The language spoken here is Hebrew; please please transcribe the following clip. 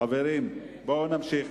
חברים, בואו נמשיך.